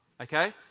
Okay